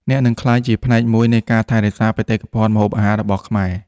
អ្នកនឹងក្លាយជាផ្នែកមួយនៃការថែរក្សាបេតិកភណ្ឌម្ហូបអាហាររបស់ខ្មែរ។